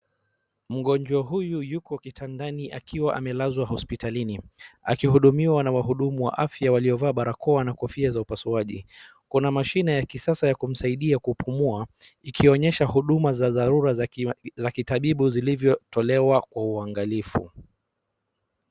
Mgonjwa huyu yuko kitandani akiwa amelazwa hospitalini akihudumiwa na wahudumu wa afya waliovaa barakoa na kofia za upasuaji. Kuna mashine ya kisasa ya kumsaidia kupumua ikionyesha huduma za dharura za kitabibu zilivyotolewa kwa uangalifu.